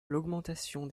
l’augmentation